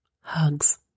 Hugs